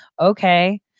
okay